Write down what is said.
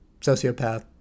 sociopath